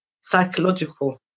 psychological